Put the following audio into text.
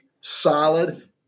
solid